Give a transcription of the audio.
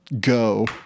Go